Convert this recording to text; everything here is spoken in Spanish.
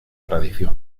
tradición